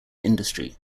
industry